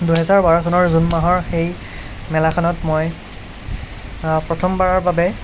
দুহেজাৰ বাৰ চনৰ জুন মাহৰ সেই মেলাখনত মই প্ৰথম বাৰৰ বাবে